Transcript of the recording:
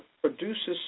produces